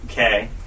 Okay